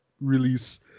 release